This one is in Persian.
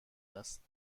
است